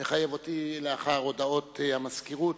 מחייב אותי לאחר הודעות המזכירות